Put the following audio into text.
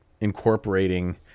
incorporating